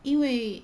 因为